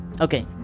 okay